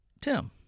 Tim